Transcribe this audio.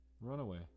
Runaway